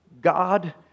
God